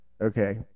Okay